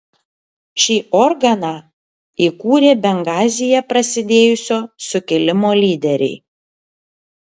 šį organą įkūrė bengazyje prasidėjusio sukilimo lyderiai